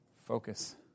focus